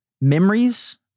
memories